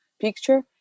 picture